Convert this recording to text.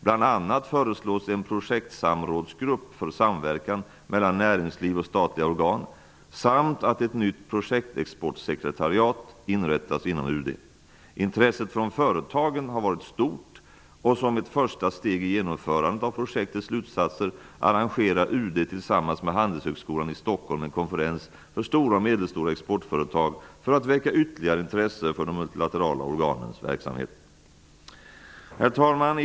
Bl.a. föreslås en projektsamrådsgrupp för samverkan mellan näringsliv och statliga organ samt att ett nytt projektexportsekretariat inrättas inom UD. Intresset från företagen har varit stort, och som ett första steg i genomförandet av projektets slutsatser arrangerar UD tillsammans med Handelshögskolan i Stockholm en konferens för stora och medelstora exportföretag för att väcka ytterligare intresse för de multilaterala organens verksamhet. Herr talman!